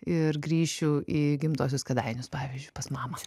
ir grįšiu į gimtuosius kėdainius pavyzdžiui pas mamą